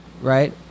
right